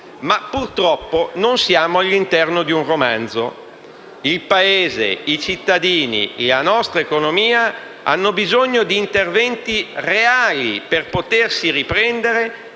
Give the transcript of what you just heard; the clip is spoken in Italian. Ma purtroppo non siamo all'interno di un romanzo: il Paese, i cittadini e la nostra economia hanno bisogno di interventi reali per potersi riprendere